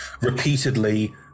repeatedly